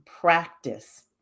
practice